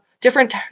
different